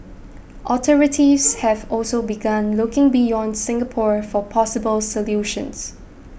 authorities have also begun looking beyond Singapore for possible solutions